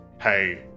Hey